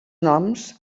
noms